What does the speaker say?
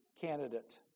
candidate